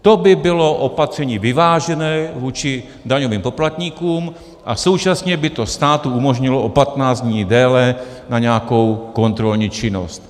To by bylo opatření vyvážené vůči daňovým poplatníkům a současně by to státu umožnilo o 15 dní déle na nějakou kontrolní činnost.